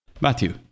Matthew